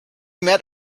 met